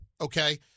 okay